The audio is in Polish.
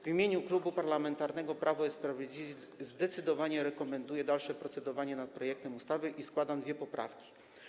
W imieniu Klubu Parlamentarnego Prawo i Sprawiedliwość zdecydowanie rekomenduję dalsze procedowanie nad projektem ustawy i składam dwie poprawki.